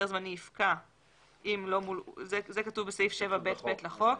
זה כתוב בסעיף 7ב(ב) לחוק.